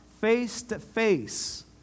face-to-face